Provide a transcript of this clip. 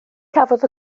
cafodd